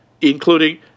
including